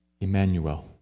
Emmanuel